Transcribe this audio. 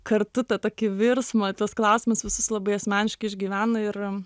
kartu tą tokį virsmą tuos klausimus visus labai asmeniškai išgyvena ir